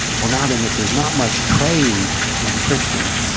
well now then if there's not much trade with the christians,